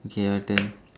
okay your turn